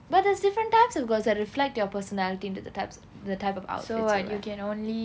but there's different types of girls that reflect their personality into the types the type of out then so like